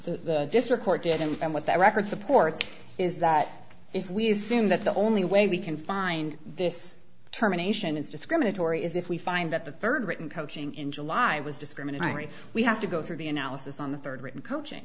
the district court did and what that record supports is that if we assume that the only way we can find this terminations discriminatory is if we find that the rd written coaching in july was discriminatory we have to go through the analysis on the rd written coaching